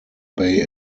bay